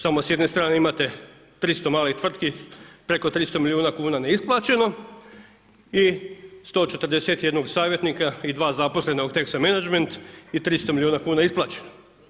Samo s jedne strane imate 300 malih tvrtki, preko 300 milijuna kuna neisplaćeno i 141 savjetnika i dva zaposlena u Texo Managment i 300 milijuna kuna isplaćeno.